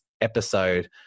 episode